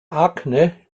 akne